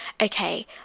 okay